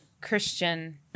Christian